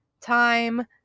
time